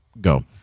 go